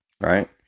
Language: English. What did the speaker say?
right